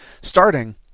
starting